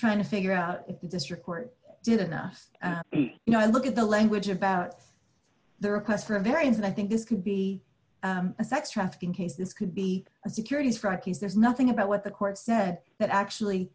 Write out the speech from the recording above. trying to figure out if the district court did enough you know i look at the language about the request for a variance and i think this could be a sex trafficking case this could be a securities fraud case there's nothing about what the court said that actually